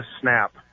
snap